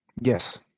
Yes